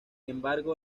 embargo